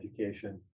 education